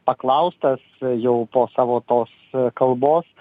paklaustas jau po savo tos kalbos